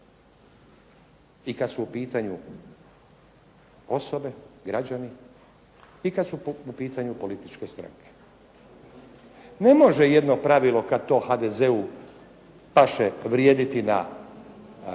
I kad su u pitanju osobe, građani i kad su u pitanju političke stranke. Ne može jedno pravilo kad to HDZ-u paše vrijediti na